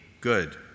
good